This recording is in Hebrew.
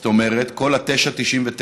זאת אומרת, כל ה-9.99,